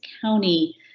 County